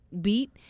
beat